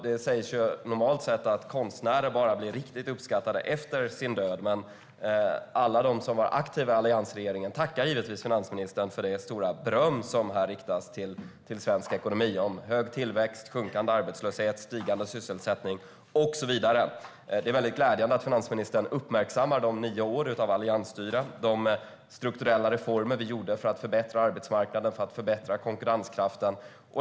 Det sägs att konstnärer bara blir riktigt uppskattade efter sin död, men alla de som var aktiva i alliansregeringen tackar givetvis finansministern för det stora beröm som här riktas till svensk ekonomi gällande hög tillväxt, sjunkande arbetslöshet, stigande sysselsättning och så vidare. Det är väldigt glädjande att finansministern uppmärksammar de nio åren av alliansstyre med de strukturella reformer vi genomförde för att förbättra arbetsmarknaden och konkurrenskraften.